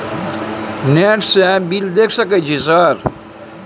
Net से bill देश सक छै यह सर?